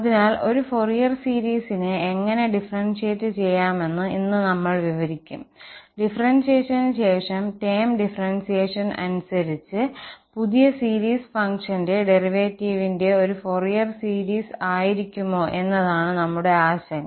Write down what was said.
അതിനാൽഒരു Fourier സീരീസിനെ എങ്ങനെ differentiate ചെയ്യാമെന്ന് ഇന്ന് നമ്മൾ വിവരിക്കും ഡിഫറെൻസിയേഷൻ ശേഷം ടേം ഡിഫറെൻസിയേഷൻ അനുസരിച്ച് പുതിയ സീരീസ് ഫംഗ്ഷന്റെ ഡെറിവേറ്റീവിന്റെ ഒരു ഫൊറിയർ സീരീസ് ആയിരിക്കുമോ എന്നതാണ് ഞങ്ങളുടെ ആശങ്ക